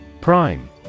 Prime